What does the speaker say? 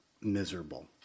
miserable